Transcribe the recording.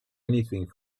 anything